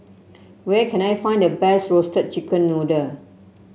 where can I find the best Roasted Chicken Noodle